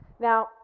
Now